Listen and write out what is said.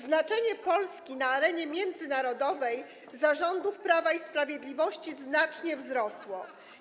Znaczenie Polski na arenie międzynarodowej za rządów Prawa i Sprawiedliwości znacznie wzrosło.